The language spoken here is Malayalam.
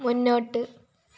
മുന്നോട്ട്